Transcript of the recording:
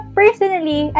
personally